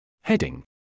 Heading